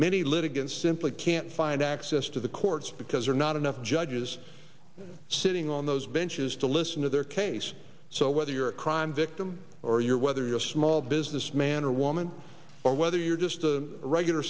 many litigants simply can't find access to the courts because they're not enough judges sitting on those benches to listen to their case so whether you're a crime victim or you're whether you're a small business man or woman or whether you're just a regular